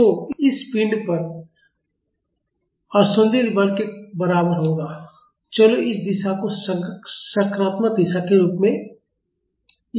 तो इस पिंड पर असंतुलित बल के बराबर होगा चलो इस दिशा को सकारात्मक दिशा के रूप में लेते हैं